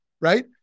right